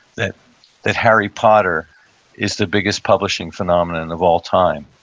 that that harry potter is the biggest publishing phenomenon of all time.